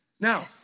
Now